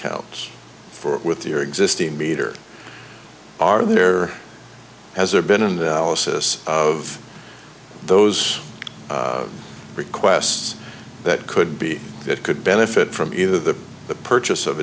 counts for with your existing meter are there has there been an assess of those requests that could be it could benefit from either the purchase of